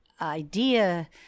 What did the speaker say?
idea